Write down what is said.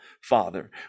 father